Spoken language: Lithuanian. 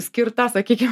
skirta sakykim